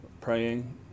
praying